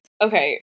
okay